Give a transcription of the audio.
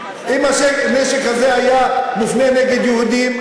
אם הנשק הזה היה מופנה נגד יהודים,